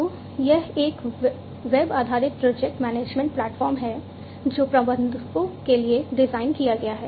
तो यह एक वेब आधारित प्रोजेक्ट मैनेजमेंट प्लेटफार्म है जो प्रबंधकों के लिए डिज़ाइन किया गया है